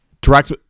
Direct